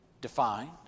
defined